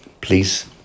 please